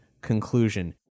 conclusion